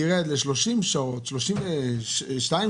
אי אפשר לבוא ולשלם יותר, תעבדי יותר.